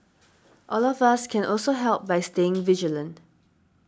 all of us can also help by staying vigilant